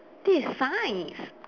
this is science